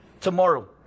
tomorrow